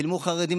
צילמו חרדים,